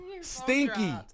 stinky